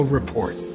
Report